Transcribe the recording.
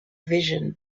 vision